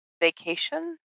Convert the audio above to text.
vacation